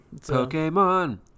Pokemon